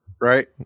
Right